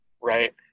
right